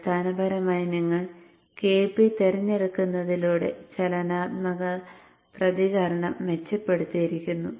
അടിസ്ഥാനപരമായി നിങ്ങൾ Kp തിരഞ്ഞെടുക്കുന്നതിലൂടെ ചലനാത്മക പ്രതികരണം മെച്ചപ്പെടുത്തിയിരിക്കുന്നു